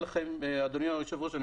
אדוני היושב ראש,